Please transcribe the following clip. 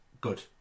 Good